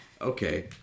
Okay